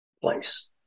place